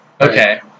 Okay